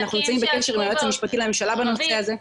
אנחנו נמצאים בקשר עם היועץ המשפטי לממשלה בנושא הזה.